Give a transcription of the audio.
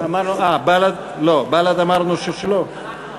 בל"ד אמרנו שלא.